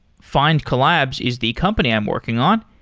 findcollabs is the company i'm working on.